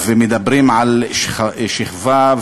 ומדברים על שכבה,